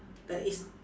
there is